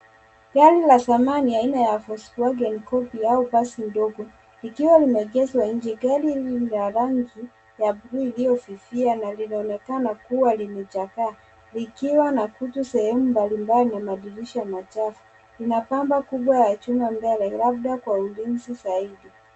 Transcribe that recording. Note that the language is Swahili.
Gari la zamani aina ya Volkswagon Combi au basi dogo likiwa limeegeshwa nje. Gari hili ni la rangi ya bluu iliyofifia na linaonekana kuwa limechakaa likiwa na kutu sehemu mbalimbali na madirisha machafu . Lina bampa kubwa la chuma mbele labda kwa ulinzi zaidi.